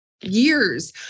years